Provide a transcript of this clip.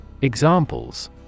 Examples